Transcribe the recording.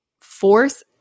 force